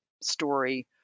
story